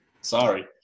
Sorry